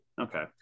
Okay